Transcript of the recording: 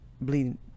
bleeding